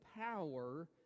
power